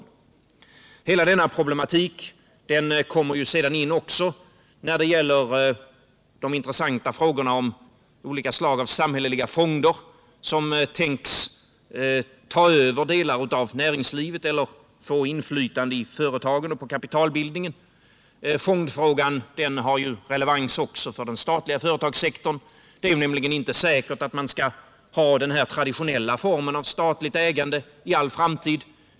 Hela denna problematik kommer ju också in i samband med de intressanta frågorna om olika slag av samhälleliga fonder som tänks ta över delar av näringslivet eller få inflytande i företagen och på kapitalbildningen. Fondfrågan har ju också relevans när det gäller den statliga företagssektorn. Det är nämligen inte säkert att man bör ha den traditionella formen av statligt ägande i all framtid.